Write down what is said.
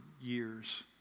years